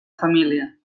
família